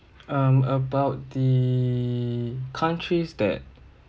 um about the countries that